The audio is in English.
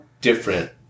different